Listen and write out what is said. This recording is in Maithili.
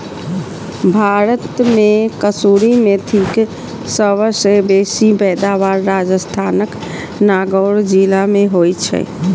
भारत मे कसूरी मेथीक सबसं बेसी पैदावार राजस्थानक नागौर जिला मे होइ छै